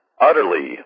utterly